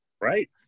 right